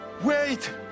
Wait